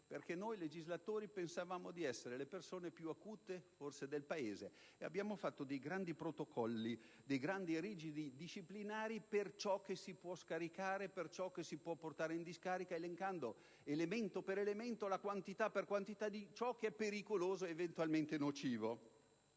perché noi legislatori pensavamo di essere le persone più acute del Paese e abbiamo approvato importanti protocolli e rigidi disciplinari per stabilire ciò che si può portare in discarica, elencando, elemento per elemento e quantità per quantità, ciò che è pericoloso ed eventualmente nocivo.